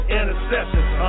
interceptions